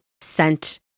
sent